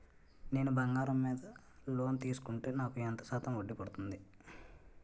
నేను బంగారం మీద లోన్ తీసుకుంటే నాకు ఎంత శాతం వడ్డీ పడుతుంది?